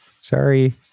Sorry